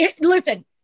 listen